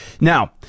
Now